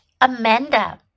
Amanda